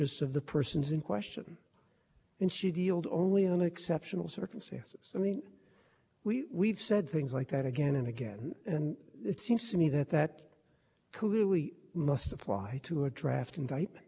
of the persons in question and she deals only on exceptional circumstances i mean we said things like that again and again and it seems to me that that clearly must apply to a draft in